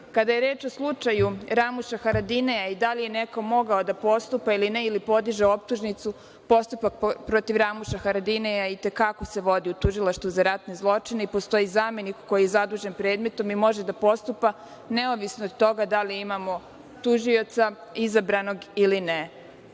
radi. Kada je reč o slučaju Ramuša Haradinaja i da li je neko mogao da postupa ili ne, ili podiže optužnicu, postupak protiv Ramuša Haradinaja i te kako se vodi u Tužilaštvu za ratne zločine i postoji zamenik koji je zadužen predmetom i može da postupa neovisno od toga da li imamo tužioca izabranog ili ne. Da